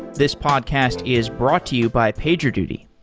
this podcast is brought to you by pagerduty.